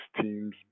teams